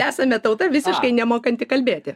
esame tauta visiškai nemokanti kalbėti